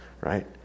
right